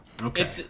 Okay